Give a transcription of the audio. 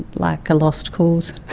like a lost cause.